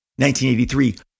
1983